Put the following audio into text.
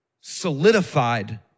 solidified